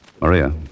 Maria